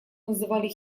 называли